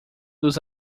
dos